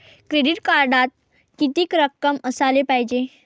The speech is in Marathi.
क्रेडिट कार्डात कितीक रक्कम असाले पायजे?